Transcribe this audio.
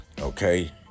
Okay